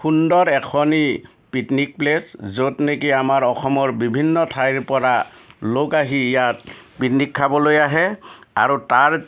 সুন্দৰ এখনি picnic place য'ত নেকি আমাৰ অসমৰ বিভিন্ন ঠাইৰ পৰা লোক আহি ইয়াত পিকনিক খাবলৈ আহে আৰু তাৰ